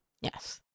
Yes